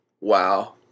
Wow